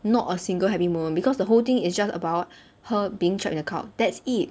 not a single anymore because the whole thing is just about her being trapped in a cult that's it